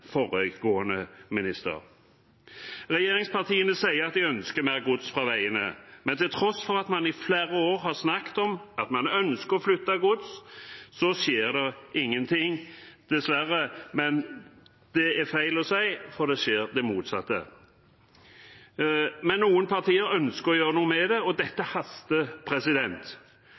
foregående minister. Regjeringspartiene sier at de ønsker mer gods bort fra veiene, men til tross for at man i flere år har snakket om at man ønsker å flytte gods, skjer det ingenting, dessverre – eller det er feil å si, for det skjer det motsatte. Men noen partier ønsker å gjøre noe med det, og det haster.